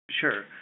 Sure